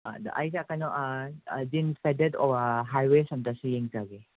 ꯑꯗ ꯑꯩꯁꯦ ꯀꯩꯅꯣ ꯖꯤꯟꯁ ꯀꯦꯗꯦꯠ ꯍꯥꯏꯋꯦꯁ ꯑꯃꯇꯁꯨ ꯌꯦꯡꯖꯒꯦ